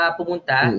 pumunta